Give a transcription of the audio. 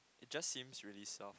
it just seems really soft